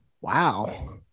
Wow